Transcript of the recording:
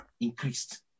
increased